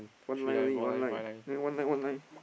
one line only one line there one line one line